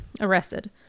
arrested